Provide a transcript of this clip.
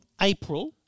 April